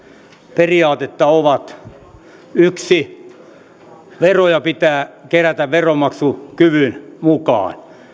periaatetta ovat seuraavat ensinnäkin veroja pitää kerätä veronmaksukyvyn mukaan